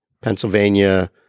Pennsylvania